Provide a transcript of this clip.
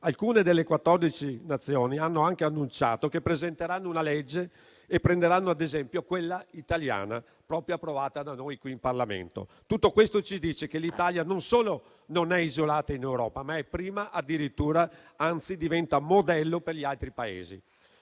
Alcune delle 14 Nazioni hanno anche annunciato che presenteranno una legge e prenderanno ad esempio quella italiana approvata da noi in Parlamento. Tutto questo ci dice che l'Italia non solo non è isolata in Europa, ma è prima addirittura, anzi diventa modello per gli altri Paesi.